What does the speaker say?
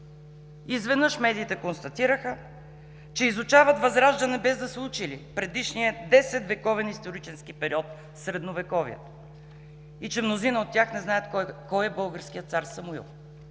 Изведнъж медиите констатираха, че изучават Възраждане, без да са учили предишния десетвековен исторически период – Средновековието, и че мнозина от тях не знаят кой е българският цар Самуил.